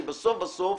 כי בסוף אתם